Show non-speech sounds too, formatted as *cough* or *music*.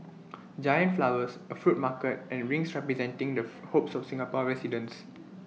giant flowers A fruit market and rings representing the *unintelligible* hopes of Singapore residents